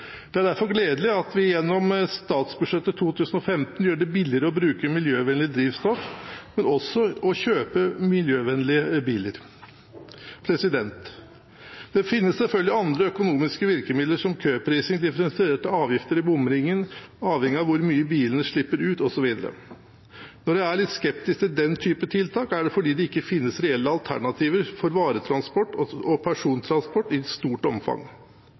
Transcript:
Det er derfor gledelig at vi gjennom statsbudsjettet 2015 gjør det billigere å bruke miljøvennlig drivstoff, men også å kjøpe miljøvennlige biler. Det finnes selvfølgelig andre økonomiske virkemidler som køprising, differensierte avgifter i bomringen avhengig av hvor mye bilene slipper ut, osv. Når jeg er litt skeptisk til den type tiltak, er det fordi det ikke finnes reelle alternativer for varetransport og persontransport i stort omfang.